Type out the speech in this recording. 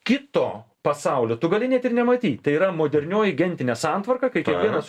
kito pasaulio tu gali net ir nematyt tai yra modernioji gentinė santvarka kai kiekvienas